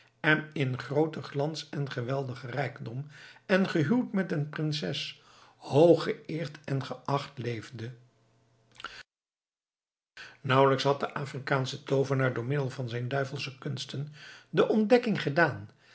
en in grooten glans en geweldigen rijkdom en gehuwd met een prinses hoog geëerd en geacht leefde nauwelijks had de afrikaansche toovenaar door middel van zijn duivelsche kunsten de ontdekking gedaan